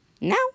now